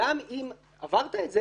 וגם אם עברת את זה,